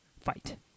Fight